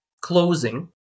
closing